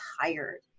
tired